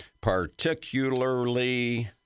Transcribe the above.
particularly